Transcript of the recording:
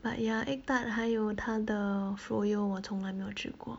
but ya egg tart 还有他的 froyo 我从来没有吃过